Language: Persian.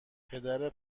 پدر